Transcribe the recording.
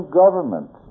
government